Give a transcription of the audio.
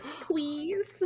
please